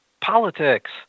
politics